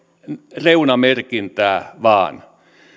reunamerkintää vain